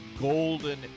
golden